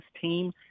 team –